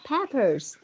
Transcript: Peppers 。